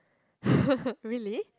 really